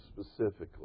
specifically